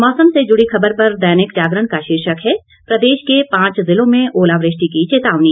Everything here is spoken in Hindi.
मौसम से जुड़ी खबर पर दैनिक जागरण का शीर्षक है प्रदेश के पांच जिलों में ओलावृष्टि की चेतावनी